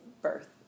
birth